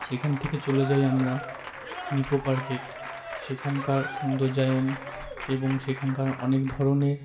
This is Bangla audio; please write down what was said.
সেখান থেকে চলে যাই আমরা নিকো র্কে সেখানকার সৌন্দর্যায়ন এবং সেখানকার অনেক ধরনের